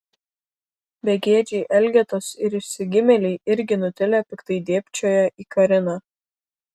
begėdžiai elgetos ir išsigimėliai irgi nutilę piktai dėbčioja į kariną